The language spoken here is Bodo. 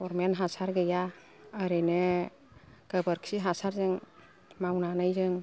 गरमेन्ट हासार गैया ओरैनो गोबोरखि हासारजों मावनानै जों